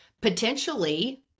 potentially